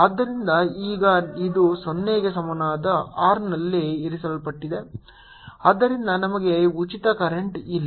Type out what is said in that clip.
ಆದ್ದರಿಂದ ಈಗ ಇದು 0 ಗೆ ಸಮಾನವಾದ r ನಲ್ಲಿ ಇರಿಸಲ್ಪಟ್ಟಿದೆ ಆದ್ದರಿಂದ ನಮಗೆ ಉಚಿತ ಕರೆಂಟ್ ಇಲ್ಲ